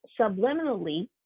subliminally